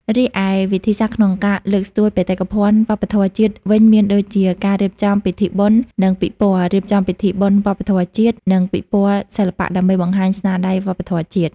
រីឯវិធីសាស្ត្រក្នុងការលើកស្ទួយបេតិកភណ្ឌវប្បធម៌ជាតិវិញមានដូចជា ការរៀបចំពិធីបុណ្យ និងពិព័រណ៍ រៀបចំពិធីបុណ្យវប្បធម៌ជាតិ និងពិព័រណ៍សិល្បៈ ដើម្បីបង្ហាញស្នាដៃវប្បធម៌ជាតិ។